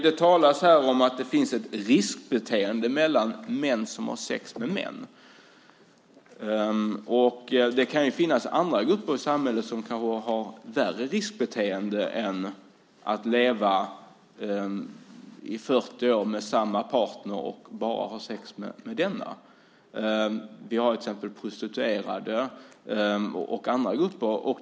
Det talas här om att det finns ett riskbeteende hos män som har sex med män. Det kan finnas andra grupper i samhället som kanske har värre riskbeteende än att leva i 40 år med samma partner och ha sex bara med denna. Det finns till exempel prostituerade och andra grupper.